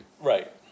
Right